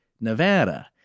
Nevada